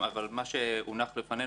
אבל מה שהונח לפנינו,